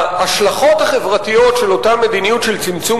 ההשלכות החברתיות של אותה מדיניות של צמצום